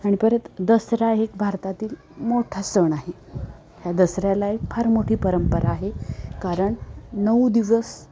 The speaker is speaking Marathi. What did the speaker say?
आणि परत दसरा एक भारतातील मोठा सण आहे ह्या दसऱ्याला एक फार मोठी परंपरा आहे कारण नऊ दिवस